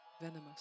venomous